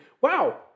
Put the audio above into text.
Wow